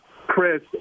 Chris